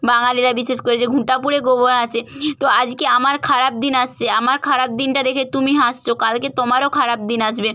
বাঙালিরা বিশেষ করে যে ঘুঁটে পুড়ে গোবর হাসে তো আজকে আমার খারাপ দিন আসছে আমার খারাপ দিনটা দেখে তুমি হাসছ কালকে তোমারও খারাপ দিন আসবে